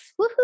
Woohoo